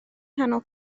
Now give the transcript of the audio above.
nghanol